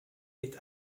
est